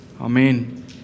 Amen